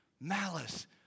malice